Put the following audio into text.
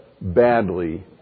badly